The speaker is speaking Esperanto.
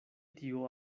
tio